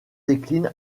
décline